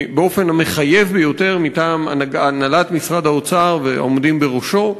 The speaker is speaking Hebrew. באופן המחייב ביותר מטעם הנהלת משרד האוצר והעומדים בראשו,